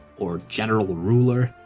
or general ruler,